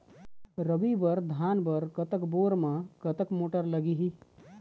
रबी बर धान बर कतक बोर म कतक मोटर लागिही?